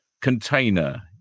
container